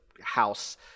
house